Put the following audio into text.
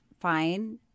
fine